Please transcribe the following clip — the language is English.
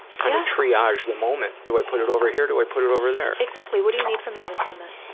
kind of triage the moment. do i put it over here or do i put it over there? exactly. what do you need from me in this moment,